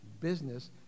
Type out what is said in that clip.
business